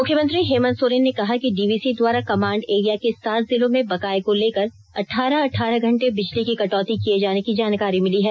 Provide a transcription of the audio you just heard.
मुख्यमंत्री हेमंत सोरेन ने कहा कि डीवीसी द्वारा कमांड एरिया के सात जिलों में बकाए को लेकर अठारह अठारह घंटे डीवीसी द्वारा बिजली की कटौती किये जाने की जानकारी मिली है